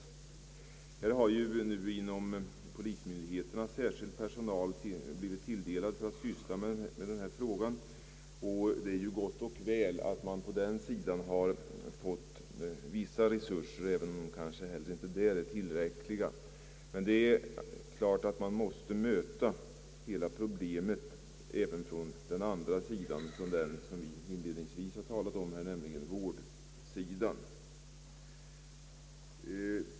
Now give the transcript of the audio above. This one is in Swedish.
Polismyndigheterna har nu kunnat avdela särskild personal att syssla med denna fråga. Det är ju bra att man på den sidan har fått ökade resurser även om de kanske inte heller är tillräckliga. Det står klart att man måste möta hela problemet även från den andra sidan än den som jag inledningsvis har talat om, nämligen från vårdsidan.